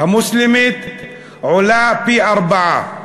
המוסלמית עולה פי-ארבעה.